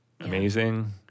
amazing